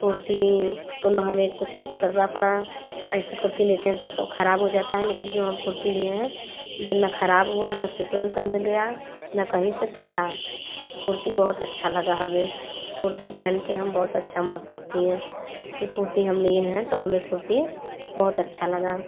कुर्ती को ना हमें कुछ करना पड़ा ऐसे कुर्ती लेते हैं तो सब ख़राब हो जाती है लेकिन जो हम कुर्ती लिए हैं ये ना ख़राब हुई ना सिकुड़नपन में गई ना कहीं से फटा कुर्ती बहुत अच्छा लगा हमें कुर्ती पहन के हम बहुत अच्छा महसूस किए कि कुर्ती हम लिए हैं तो हमें कुर्ती बहुत अच्छा लगा